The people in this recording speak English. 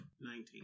Nineteen